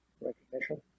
recognition